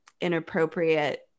inappropriate